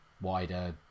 wider